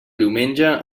diumenge